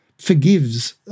forgives